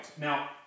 Now